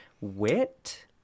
wit